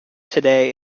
today